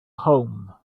home